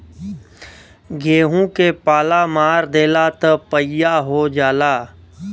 गेंहू के पाला मार देला त पइया हो जाला